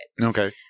Okay